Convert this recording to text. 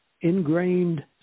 ingrained